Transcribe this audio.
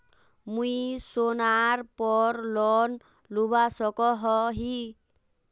मुई सोनार पोर लोन लुबा सकोहो ही?